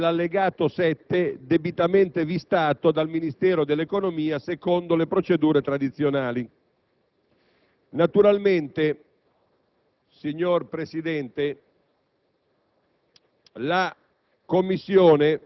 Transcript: dopo l'esame in Commissione, dell'allegato 7, debitamente vistato dal Ministro dell'economia, secondo le procedure tradizionali. Naturalmente la Commissione